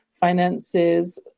finances